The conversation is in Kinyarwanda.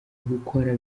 gukora